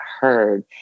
heard